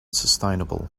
sustainable